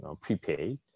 prepaid